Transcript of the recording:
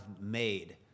made